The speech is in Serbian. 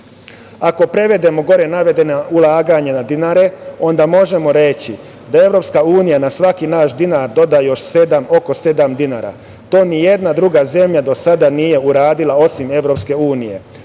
prevedemo gorenavedena ulaganja na dinare, onda možemo reći da Evropska unija na svaki naš dinar doda još oko sedam dinara. To nijedna druga zemlja do sada nije uradila, osim Evropske unije.